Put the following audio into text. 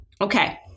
Okay